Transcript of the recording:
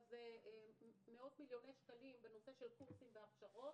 אבל מוקצבים מאות מיליוני שקלים בנושא של קורסים והכשרות.